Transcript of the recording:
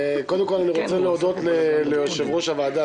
רוצה להודות ליושב ראש הוועדה,